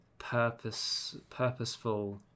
purposeful